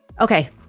Okay